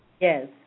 Yes